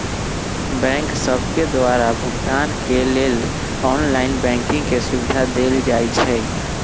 bank सभके द्वारा भुगतान के लेल ऑनलाइन बैंकिंग के सुभिधा देल जाइ छै